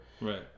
Right